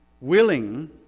willing